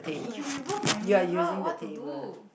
you you remove my mirror what to do